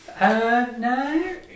No